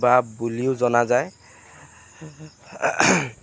বাপ বুলিও জনা যায়